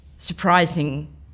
surprising